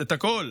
את הכול,